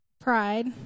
pride